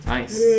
Nice